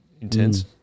intense